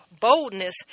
boldness